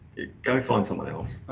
go find someone else.